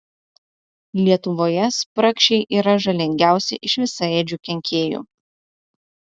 lietuvoje spragšiai yra žalingiausi iš visaėdžių kenkėjų